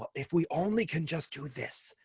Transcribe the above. if we only can just do this,